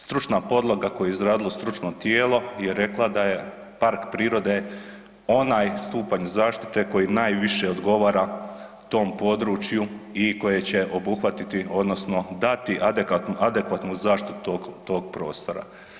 Stručna podloga koju je izradilo stručno tijelo je rekla da je park prirode onaj stupanj zaštite koji najviše odgovara tom području i koje će obuhvatiti odnosno dati adekvatnu zaštitu tog prostora.